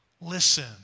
listen